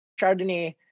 Chardonnay